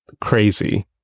crazy